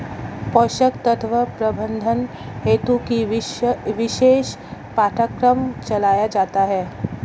पोषक तत्व प्रबंधन हेतु ही विशेष पाठ्यक्रम चलाया जाता है